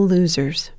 Losers